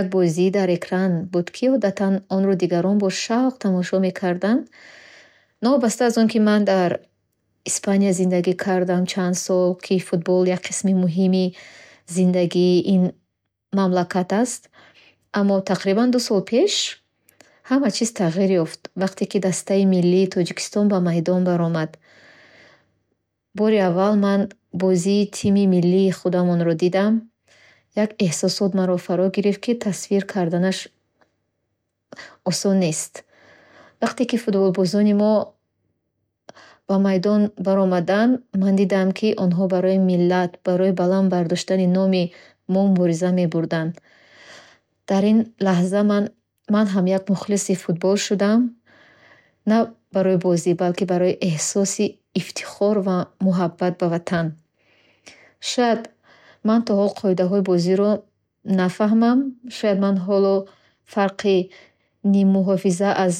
як бозии дар экран буд, ки одатан онро дигарон бо шавқ тамошо мекарданд. Новобаста аз он ки дар Испания зиндагӣ кардам чанд сол, ки футбол як қисми муҳими зиндагии ин мамлакат аст. Аммо тақрибан ду сол пеш ҳама чиз тағйир ёфт, вақте ки дастаи миллии Тоҷикистон ба майдон баромад. Бори аввал, ман бозии тими миллиро худамонро дидам, як эҳсосоте маро фаро гирифт, ки тасвир карданаш осон нест. Вақте ки футболбозони мо ба майдон баромадан, ман дидам, ки онҳо барои миллат, барои баланд бардоштани номи мо мубориза мебаранд. Дар ин лаҳза, ман ман ҳам як мухлиси футбол шудам на барои бозӣ, балки барои эҳсоси ифтихор ва муҳаббат ба Ватан. Шояд ман то ҳол қоидаҳои бозиро нафаҳмам. Шояд ман ҳоло фарқи ниммуҳофиза аз